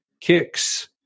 kicks